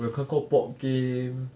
我有看过 board game